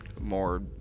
More